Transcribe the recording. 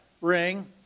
ring